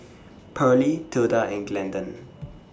Pearlie Tilda and Glendon